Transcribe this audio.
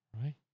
Right